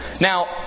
Now